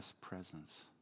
presence